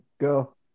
Go